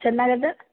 chhena gaja